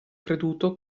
creduto